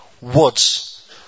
words